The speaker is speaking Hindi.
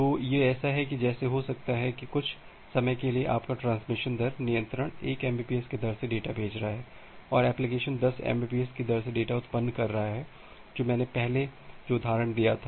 तो यह ऐसा है कि जैसे हो सकता है कि कुछ समय के लिए आपका ट्रांसमिशन दर नियंत्रण 1 एमबीपीएस की दर से डेटा भेज रहा है और एप्लिकेशन 10 एमबीपीएस की दर से डेटा उत्पन्न कर रहा है जो मैंने पहले जो उदहारण दिया था